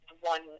one